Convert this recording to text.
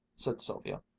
said sylvia,